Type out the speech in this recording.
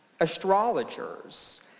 astrologers